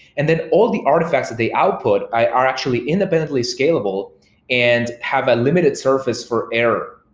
and then all the artifacts that they output are actually independently scalable and have a limited surface for error.